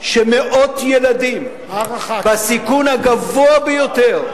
שמאות ילדים בסיכון הגבוה ביותר,